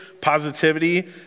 positivity